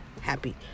happy